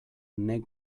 nek